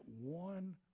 one